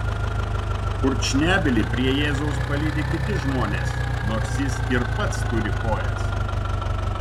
kurčnebylį prie jėzaus palydi kiti žmonės nors jis ir pats turi kojas